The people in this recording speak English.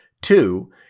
Two